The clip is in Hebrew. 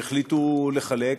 שהחליטו לחלק,